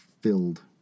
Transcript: filled